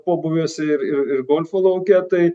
pobūviuose ir ir ir golfo lauke tai